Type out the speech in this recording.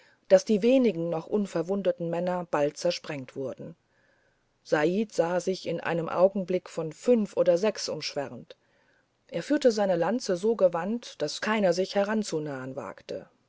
daß die wenigen noch unverwundeten männer bald zersprengt wurden said sah sich in einem augenblick von fünf oder sechs umschwärmt er führte seine lanze so gewandt daß keiner sich heranzunahen wagte